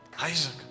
Isaac